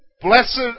Blessed